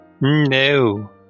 No